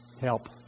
help